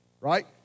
right